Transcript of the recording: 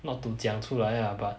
not to 讲出来 ah but